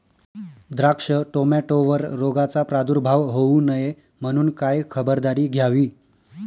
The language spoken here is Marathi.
द्राक्ष, टोमॅटोवर रोगाचा प्रादुर्भाव होऊ नये म्हणून काय खबरदारी घ्यावी?